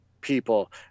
people